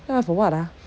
then wrap for what ah